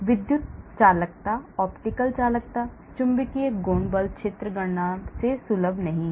विद्युत चालकता ऑप्टिकल चालकता चुंबकीय गुण बल क्षेत्र गणना से सुलभ नहीं हैं